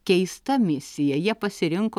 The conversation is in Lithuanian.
keista misija jie pasirinko